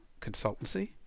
consultancy